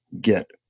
get